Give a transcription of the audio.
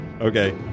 Okay